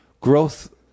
Growth